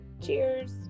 Cheers